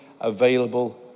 available